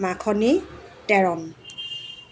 Makhani Terang